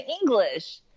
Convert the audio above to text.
English